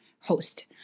host